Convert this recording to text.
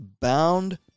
bound